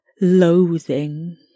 loathing